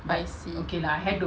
I see